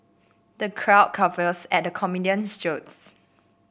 the crowd guffaws at the comedian's jokes